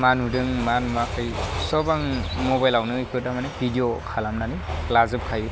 मा नुदों मा नुवाखै सब आं मबाइलआवनो इखौ थामाने भिदिअ खालामनानै लाजोब खायो